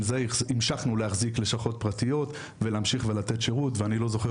עם זה המשכנו להחזיק לשכות פרטיות ולהמשיך ולתת שירות ואני לא זוכר